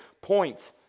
point